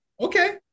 Okay